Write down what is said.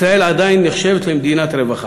ישראל עדיין נחשבת למדינת רווחה.